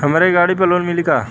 हमके गाड़ी पर लोन मिली का?